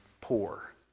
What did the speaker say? poor